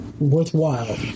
Worthwhile